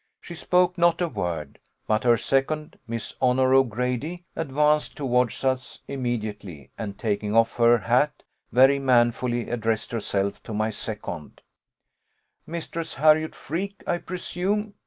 she spoke not a word but her second, miss honour o'grady, advanced towards us immediately, and, taking off her hat very manfully, addressed herself to my second mistress harriot freke, i presume,